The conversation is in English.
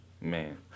man